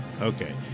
okay